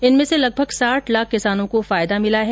इनसे लगभग साठ लाख किसानें को फायदा मिला है